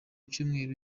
cyumweru